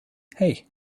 hey